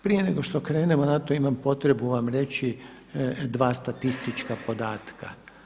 Prije nego što krenemo na to imam potrebu vam reći dva statistička podataka.